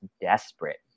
desperate